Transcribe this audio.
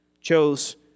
chose